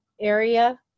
area